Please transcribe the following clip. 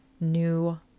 new